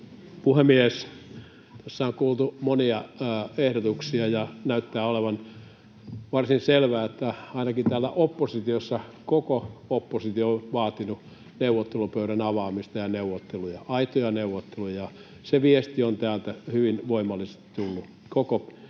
puhemies! Tässä on kuultu monia ehdotuksia, ja näyttää olevan varsin selvää, että ainakin täällä oppositiossa koko oppositio on vaatinut neuvottelupöydän avaamista ja neuvotteluja, aitoja neuvotteluja. Se viesti on täältä hyvin voimallisesti tullut koko oppositiolta,